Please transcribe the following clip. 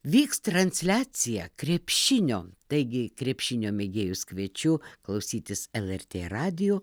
vyks transliacija krepšinio taigi krepšinio mėgėjus kviečiu klausytis el er tė radiju